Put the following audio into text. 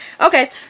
Okay